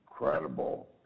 incredible